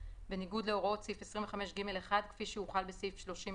בניגוד להוראות סעיף 25(ג1) כפי שהוחל בסעיף 30,